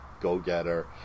go-getter